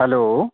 hello